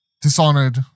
Dishonored